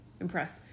impressed